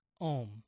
OM